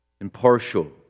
impartial